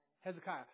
Hezekiah